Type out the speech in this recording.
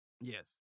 Yes